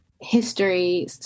history